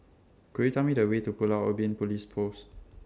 Could YOU Tell Me The Way to Pulau Ubin Police Post